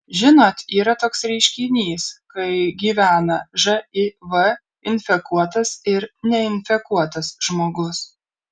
žinot yra toks reiškinys kai gyvena živ infekuotas ir neinfekuotas žmogus